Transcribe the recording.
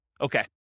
Okay